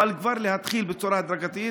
אבל כבר להתחיל בצורה הדרגתית,